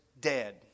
dead